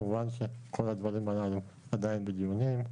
כמובן שכל הדברים הללו עדיין בדיונים.